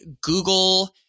Google